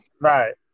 Right